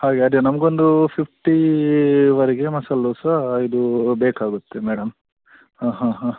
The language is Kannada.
ಹಾಗೆ ಅದೇ ನಮ್ಗೊಂದು ಫಿಫ್ಟೀವರೆಗೆ ಮಸಾಲೆ ದೋಸೆ ಇದು ಬೇಕಾಗುತ್ತೆ ಮೇಡಮ್ ಹಾಂ ಹಾಂ ಹಾಂ